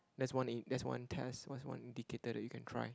that's one in~ that's one test what's one indicator that you can try